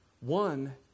One